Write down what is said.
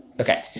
Okay